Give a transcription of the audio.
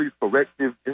corrective